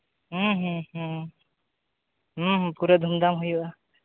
ᱯᱩᱨᱟᱹ ᱫᱷᱩᱢᱼᱫᱷᱟᱢ ᱦᱩᱭᱩᱜᱼᱟ